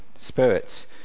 spirits